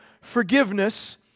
forgiveness